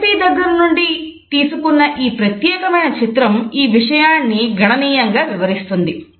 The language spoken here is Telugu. LNP దగ్గర నుండి తీసుకున్న ఈ ప్రత్యేకమైన చిత్రం ఈ విషయాన్ని గణనీయంగా వివరిస్తుంది